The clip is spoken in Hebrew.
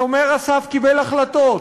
שומר הסף קיבל החלטות,